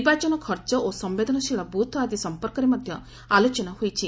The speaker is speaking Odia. ନିର୍ବାଚନ ଖର୍ଚ ଓ ସମ୍ଭେଦନଶୀଳ ବୁଥ୍ ଆଦି ସଂପର୍କରେ ମଧ୍ଧ ଆଲୋଚନା ହୋଇଛି